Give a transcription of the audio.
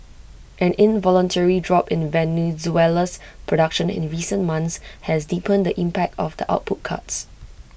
an involuntary drop in Venezuela's production in recent months has deepened the impact of the output cuts